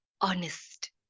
honest